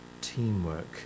teamwork